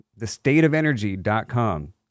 Thestateofenergy.com